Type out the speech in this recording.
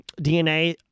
dna